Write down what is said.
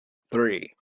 three